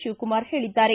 ಶಿವಕುಮಾರ್ ಹೇಳಿದ್ದಾರೆ